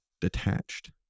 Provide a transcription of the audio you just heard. detached